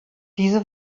diese